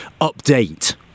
update